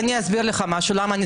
יודעת?